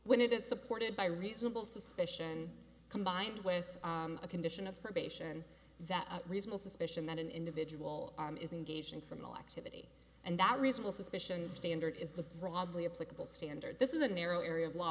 when it is supported by reasonable suspicion combined with a condition of probation that reasonable suspicion that an individual is engaged in criminal activity and that reasonable suspicion standard is the broadly applicable standard this is a narrow area of law